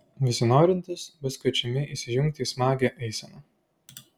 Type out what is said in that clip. visi norintys bus kviečiami įsijungti į smagią eiseną